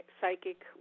psychic